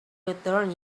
return